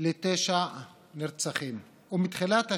לתשעה נרצחים, ומתחילת השנה,